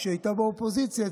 כשהייתה באופוזיציה,